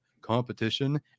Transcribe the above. competition